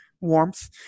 warmth